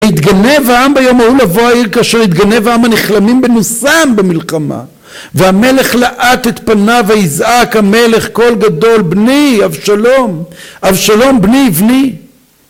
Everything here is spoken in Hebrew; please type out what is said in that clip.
יתגנב העם ביום ההוא לבוא העיר כאשר יתגנב העם הנכלמים בנוסם במלחמה, והמלך לאט את פניו ויזעק המלך קול גדול, בני אבשלום, אבשלום בני, בני